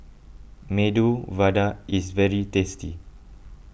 Medu Vada is very tasty